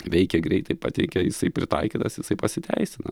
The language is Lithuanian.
veikia greitai pateikia jisai pritaikytas jisai pasiteisina